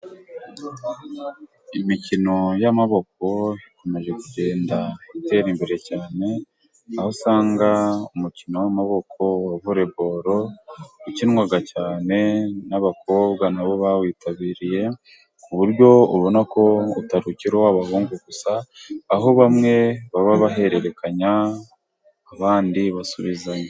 Imikino y'amaboko ikomeje kugenda itera imbere cyane, aho usanga umukino w'amaboko wa voreboro, ukinwa cyane n'abakobwa na bo bawitabiriye, ku buryo ubona ko utakiri uw'abahungu gusa, aho bamwe baba bahererekanya abandi basubizanya.